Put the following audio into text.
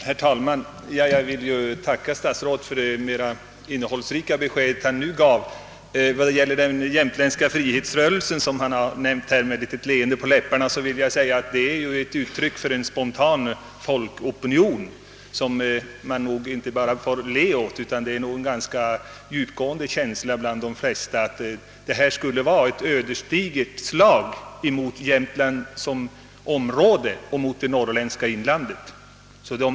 Herr talman! Jag tackar statsrådet för det mera innehållsrika besked han nu lämnat. Beträffande den jämtländska frihetsrörelsen, som statsrådet talade om med ett leende på läpparna, så är ju den ett spontant uttryck för folkopinionen. Den bör man inte bara le åt. Den är säkert ett uttryck för en ganska djupgående känsla hos de flesta människor som menar att förslaget till länsindelning innebär ett ödesdigert slag mot Jämtland och mot det norrländska inlandet.